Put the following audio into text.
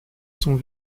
sont